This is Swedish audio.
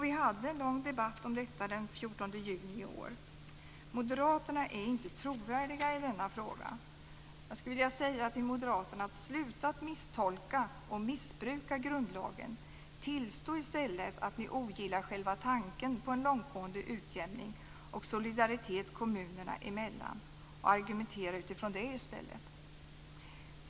Vi hade en lång debatt om detta den 14 juni i år. Moderaterna är inte trovärdiga i denna fråga. Jag skulle vilja säga till moderaterna: Sluta att misstolka och missbruka grundlagen! Tillstå i stället att ni ogillar själva tanken på en långtgående utjämning och solidaritet kommunerna emellan och argumentera utifrån det i stället!